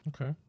Okay